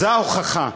זאת ההוכחה.